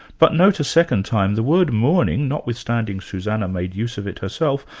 but note a second time, the word mourning notwithstanding, suzanna made use of it herself,